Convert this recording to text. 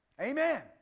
Amen